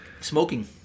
Smoking